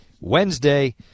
Wednesday